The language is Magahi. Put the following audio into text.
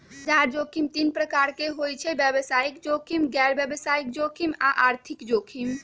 बजार जोखिम तीन प्रकार के होइ छइ व्यवसायिक जोखिम, गैर व्यवसाय जोखिम आऽ आर्थिक जोखिम